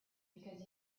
because